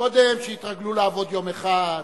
קודם שיתרגלו לעבוד יום אחד,